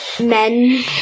men